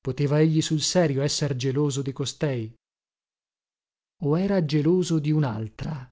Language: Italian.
poteva egli sul serio esser geloso di costei o era geloso di unaltra